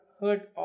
heard